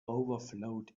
overflowed